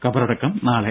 ഖബറടക്കം നാളെ